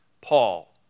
Paul